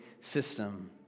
system